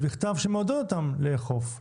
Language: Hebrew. מכתב שמעודד אותן לאכוף?